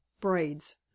braids